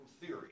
theory